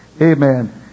Amen